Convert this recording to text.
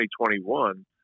2021